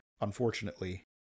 unfortunately